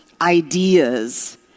ideas